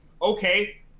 Okay